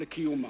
לקיומה.